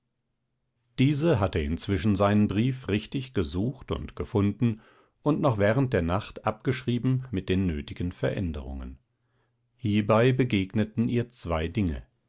diese hatte inzwischen seinen brief richtig gesucht und gefunden und noch während der nacht abgeschrieben mit den nötigen veränderungen hiebei begegneten ihr zwei dinge